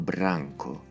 Branco